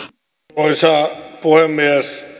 arvoisa puhemies